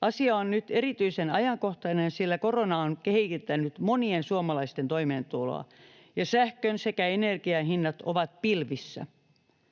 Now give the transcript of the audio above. Asia on nyt erityisen ajankohtainen, sillä korona on heikentänyt monien suomalaisten toimeentuloa ja sähkön sekä energian hinnat ovat pilvissä,